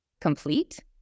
complete